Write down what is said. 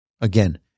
Again